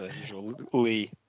usually